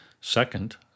Second